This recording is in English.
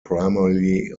primarily